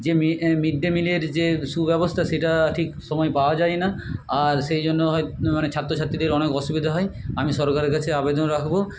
যে মেয়ে mid day মিলের যে সুব্যবস্থা সেটা ঠিক সময়ে পাওয়া যায় না আর সেই জন্য হয়তো মানে ছাত্রছাত্রীদের অনেক অসুবিধা হয় আমি সরকারের কাছে অবেদন রাখব